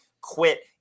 quit